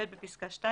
בפסקה (2),